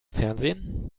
fernsehen